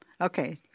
Okay